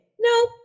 No